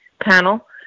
panel